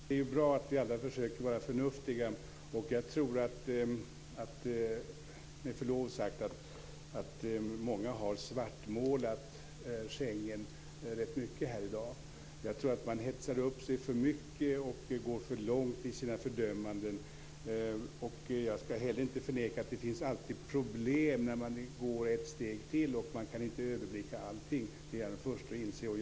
Herr talman! Det är bra att vi alla försöker vara förnuftiga. Jag tror, med förlov sagt, att många har svartmålat Schengen i dag. Man hetsar upp sig för mycket och går för långt i sina fördömanden. Jag skall inte heller förneka att det alltid finns problem i nästa steg och att det inte går att överblicka allt. Jag är den förste att inse det.